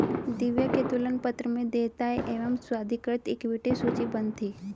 दिव्या के तुलन पत्र में देयताएं एवं स्वाधिकृत इक्विटी सूचीबद्ध थी